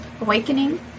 awakening